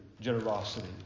generosity